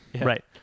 Right